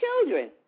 children